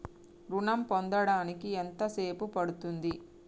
ఋణం పొందడానికి ఎంత సేపు పడ్తుంది?